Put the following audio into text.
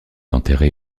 enterrée